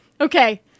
okay